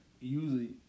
usually